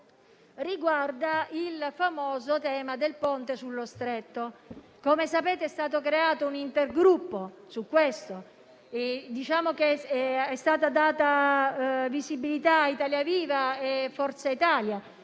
il famoso tema del Ponte sullo Stretto. Come sapete, è stato creato un intergruppo su di esso. È stata data visibilità ad Italia viva e Forza Italia.